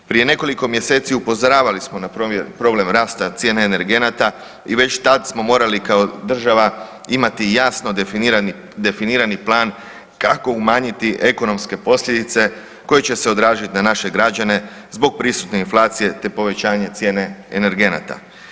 Prije nekoliko mjeseci upozoravali smo na problem rasta cijena energenata i već tad smo morali kao država imati jasno definirani plan kako umanjiti ekonomske posljedice koje će se odraziti na naše građane zbog prisutne inflacije te povećanje cijene energenata.